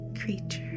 creature